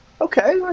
Okay